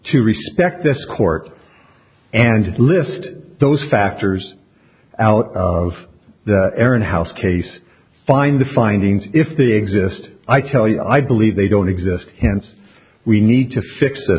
to respect this court and list those factors out of the air and house case find the findings if they exist i tell you i believe they don't exist hence we need to fix the